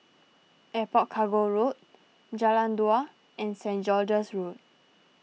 Airport Cargo Road Jalan Dua and Saint George's Road